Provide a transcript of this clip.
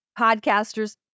podcasters